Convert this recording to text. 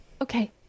okay